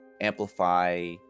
amplify